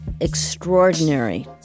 extraordinary